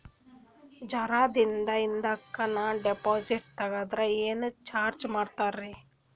ಜರ ದಿನ ಹಿಂದಕ ನಾ ಡಿಪಾಜಿಟ್ ತಗದ್ರ ಏನ ಚಾರ್ಜ ಮಾಡ್ತೀರಿ?